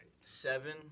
Seven